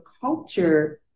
culture